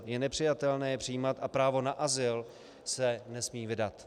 Je nepřijatelné je přijímat a právo na azyl se nesmí vydat.